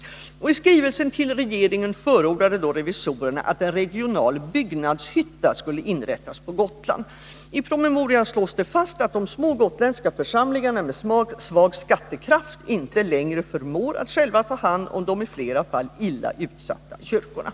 I skrivelse till regeringen förordade revisorerna i samband härmed att en regional byggnadshytta skulle inrättas på Gotland. I promemorian slås det fast att de små gotländska församlingarna med svag skattekraft inte längre förmår att själva ta hand om de i flera fall illa utsatta kyrkorna.